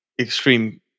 extreme